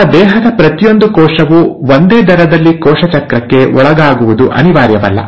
ನಿಮ್ಮ ದೇಹದ ಪ್ರತಿಯೊಂದು ಕೋಶವು ಒಂದೇ ದರದಲ್ಲಿ ಕೋಶ ಚಕ್ರಕ್ಕೆ ಒಳಗಾಗುವುದು ಅನಿವಾರ್ಯವಲ್ಲ